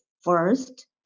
first